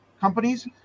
companies